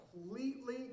completely